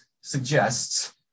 suggests